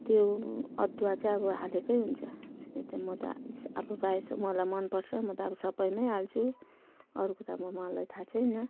त्यो अदुवा चाहिँ अब हालेकै हुन्छ त्यही त म त अब प्रायः जस्तो मलाई मन पर्छ म त सबैमै हाल्छु अरूको त अब मलाई थाहा छैन